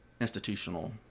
institutional